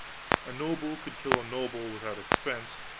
a noble could kill a noble without expense,